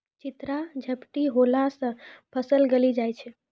चित्रा झपटी होला से फसल गली जाय छै?